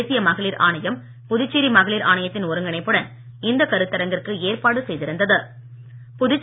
தேசிய மகளிர் ஆணையம் புதுச்சேரி மகளிர் ஆணையத்தின் ஒருங்கிணைப்புடன் இந்த கருத்தரங்கிற்கு ஏற்பாடு செய்திருந்தது